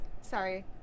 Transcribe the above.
Sorry